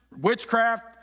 witchcraft